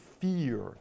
fear